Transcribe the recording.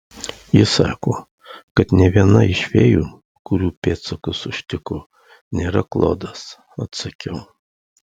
ji sako kad nė viena iš fėjų kurių pėdsakus užtiko nėra klodas atsakiau